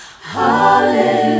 Hallelujah